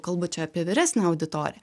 kalbu čia apie vyresnę auditoriją